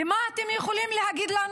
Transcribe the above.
ומה עוד אתם יכולים להגיד לנו?